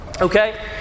Okay